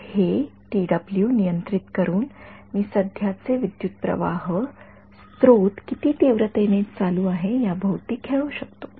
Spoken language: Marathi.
तर हे नियंत्रित करून मी सध्याचे विद्युतप्रवाह स्त्रोत किती तीव्रतेने चालू आहे या भोवती खेळू शकतो